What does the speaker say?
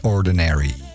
Ordinary